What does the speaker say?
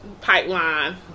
pipeline